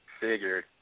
Figured